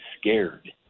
scared